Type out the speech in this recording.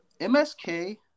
MSK